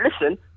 Listen